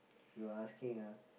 you are asking ah